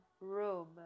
room